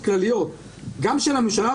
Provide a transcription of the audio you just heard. אז אני חושב שיכולים להמשיך כללי הביקורת